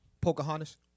Pocahontas